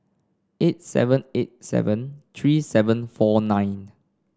eight seven eight seven three seven four nine